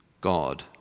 God